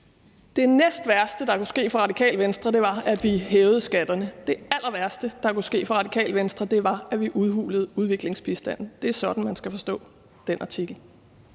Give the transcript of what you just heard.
Det næstværste, der kunne ske for Radikale Venstre, var, at vi hævede skatterne. Det allerværste, der kunne ske for Radikale Venstre, var, at vi udhulede udviklingsbistanden. Det er sådan, man skal forstå den artikel.